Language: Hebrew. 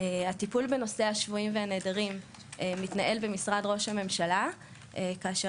הטיפול בנושא השבויים והנעדרים מתנהל במשרד ראש הממשלה כאשר